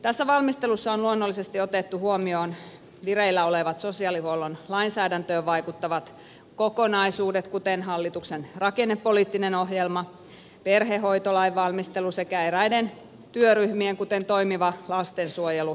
tässä valmistelussa on luonnollisesti otettu huomioon vireillä olevat sosiaalihuollon lainsäädäntöön vaikuttavat kokonaisuudet kuten hallituksen rakennepoliittinen ohjelma ja perhehoitolain valmistelu sekä eräiden työryhmien kuten toimiva lastensuojelu selvitysryhmän ehdotukset